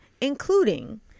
including